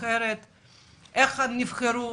איך הם נבחרו?